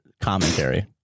commentary